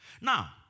Now